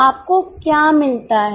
आपको क्या मिलता है